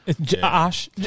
Josh